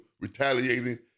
retaliating